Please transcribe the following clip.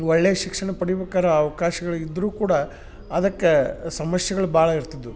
ಒಳ್ಳೆಯ ಶಿಕ್ಷಣ ಪಡಿಬೇಕಾರ್ ಅವ್ಕಾಶಗಳು ಇದ್ದರೂ ಕೂಡ ಅದಕ್ಕೆ ಸಮಸ್ಯೆಗಳು ಭಾಳ ಇರ್ತಿದ್ದವು